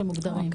שמוגדרים.